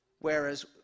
Whereas